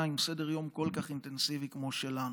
עם סדר-יום כל כך אינטנסיבי כמו שלנו,